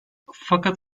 fakat